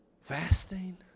fasting